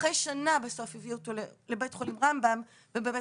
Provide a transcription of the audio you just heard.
אחרי שנה בסוף הביאו אותו לבית חולים רמב"ם ובבית